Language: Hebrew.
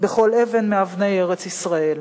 בכל אבן מאבני ארץ-ישראל.